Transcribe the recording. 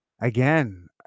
again